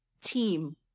team